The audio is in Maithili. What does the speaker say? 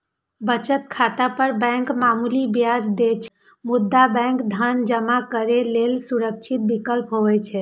बचत खाता पर बैंक मामूली ब्याज दै छै, मुदा बैंक धन जमा करै लेल सुरक्षित विकल्प होइ छै